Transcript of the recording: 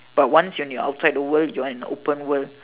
but once when you outside the world you are in open world